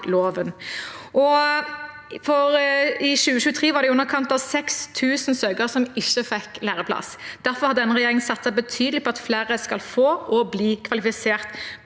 I 2023 var det i underkant av 6 000 søkere som ikke fikk læreplass. Derfor har denne regjeringen satset betydelig på at flere skal få og bli kvalifisert